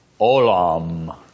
Olam